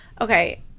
Okay